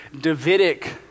Davidic